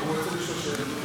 אני רוצה לשאול שאלה.